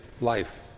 life